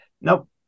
Nope